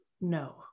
no